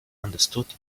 understood